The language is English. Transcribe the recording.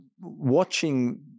watching